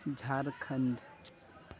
Jharkhand